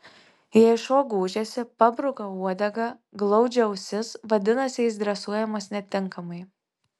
jei šuo gūžiasi pabruka uodegą glaudžia ausis vadinasi jis dresuojamas netinkamai